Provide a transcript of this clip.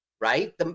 right